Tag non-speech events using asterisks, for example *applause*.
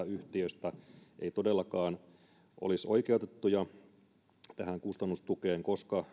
*unintelligible* yhtiöstä eivät todellakaan olisi oikeutettuja tähän kustannustukeen koska *unintelligible*